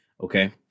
okay